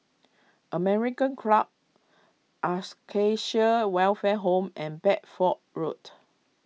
American Club Ascacia Welfare Home and Bedford Road